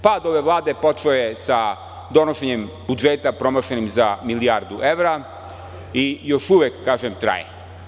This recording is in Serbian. Pad ove Vlade počeo je sa donošenjem budžeta promašenim za milijardu evra i još uvek traje.